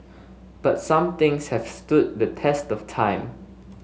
but some things have stood the test of time